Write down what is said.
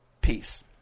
peace